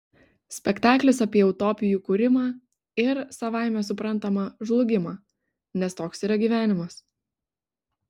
spektaklis apie utopijų kūrimą ir savaime suprantama žlugimą nes toks yra gyvenimas